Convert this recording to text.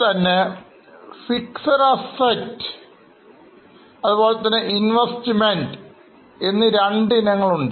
Non current ൽ തന്നെ Fixed Asset Investment എന്ന രണ്ട് ഇനം ഉണ്ട്